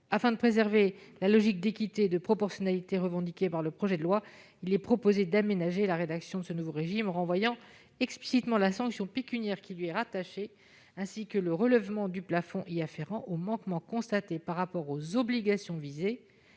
Afin de préserver la logique d'équité et de proportionnalité revendiquée dans le projet de loi, il est proposé d'aménager la rédaction de ce nouveau régime, en renvoyant explicitement la sanction pécuniaire qui lui est rattachée, ainsi que le relèvement du plafond y afférent, au manquement constaté par rapport aux obligations visées,